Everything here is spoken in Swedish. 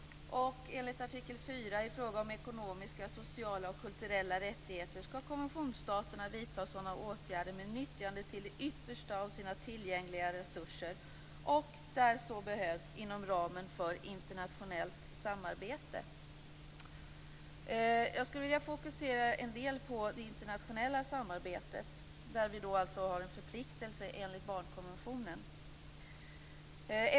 Enligt artikel 4 i fråga om ekonomiska, sociala och kulturella rättigheter skall konventionsstaterna vidta sådana åtgärder med nyttjande till det yttersta av sina tillgängliga resurser och där så behövs inom ramen för internationellt samarbete. Jag vill fokusera en del på det internationella samarbetet där vi alltså har en förpliktelse enligt barnkonventionen.